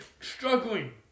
struggling